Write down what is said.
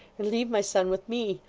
and leave my son with me.